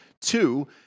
two